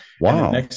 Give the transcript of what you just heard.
wow